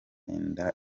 inda